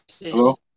Hello